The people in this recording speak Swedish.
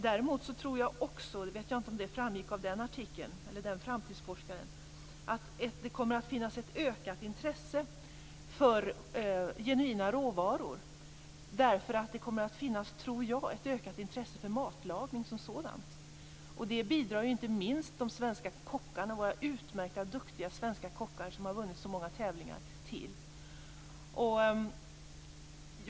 Däremot tror jag också - jag vet inte om det framgick av vad framtidsforskaren sade - att det kommer att finnas ett ökat intresse för genuina råvaror, därför att det, tror jag, kommer att finnas ett ökat intresse för matlagning som sådan. Till detta bidrar inte minst våra utmärkta och duktiga svenska kockar som har vunnit så många tävlingar.